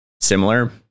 similar